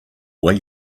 way